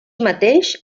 mateix